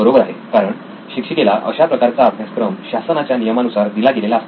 बरोबर आहे कारण शिक्षिकेला अशा प्रकारचा अभ्यासक्रम शासनाच्या नियमानुसार दिला गेलेला असतो